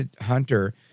Hunter